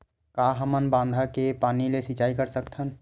का हमन बांधा के पानी ले सिंचाई कर सकथन?